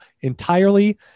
entirely